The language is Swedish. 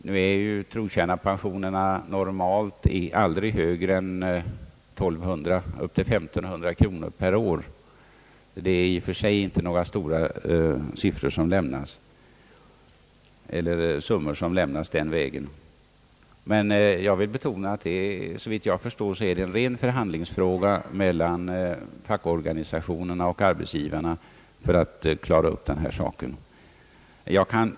Normalt uppgår trotjänarpensionerna inte till mer än 1200 å 1500 kronor per år, så det är i och för sig inte några stora summor som lämnas den vägen, men jag vill betona att detta, såvitt jag förstår, är en fråga som får avgöras genom förhandlingar mellan fackorganisationerna och arbetsgivarna.